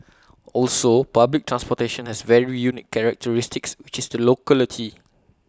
also public transportation has very unique characteristics which is the locality